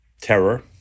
Terror